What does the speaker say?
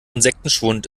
insektenschwund